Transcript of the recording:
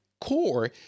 core